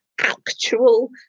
actual